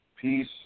peace